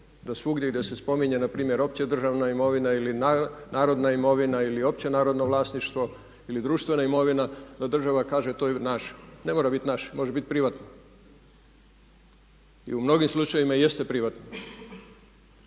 da svugdje i da se spominje opća državna imovina ili narodna imovina ili opće narodno vlasništvo ili društvena imovina, da država kaže to je naš. Ne mora biti naš, može biti privatni. I u mnogim slučajevima jeste privatni.